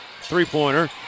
Three-pointer